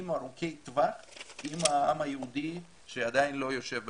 ארוכי טווח עם העם היהודי שעדיין לא יושב בציון.